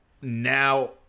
now